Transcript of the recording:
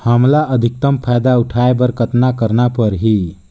हमला अधिकतम फायदा उठाय बर कतना करना परही?